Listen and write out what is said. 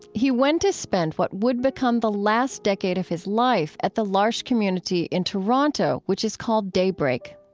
he went to spend what would become the last decade of his life at the l'arche community in toronto, which is called daybreak.